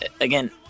Again